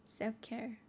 self-care